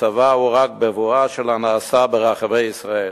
הצבא הוא רק בבואה של הנעשה ברחבי ישראל.